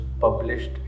published